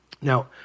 Now